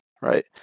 right